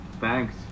Thanks